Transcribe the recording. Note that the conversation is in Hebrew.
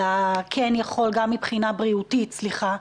אלא כן יכול, גם מבחינה בריאותית, סליחה,